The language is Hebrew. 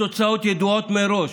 התוצאות ידועות מראש,